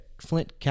Flint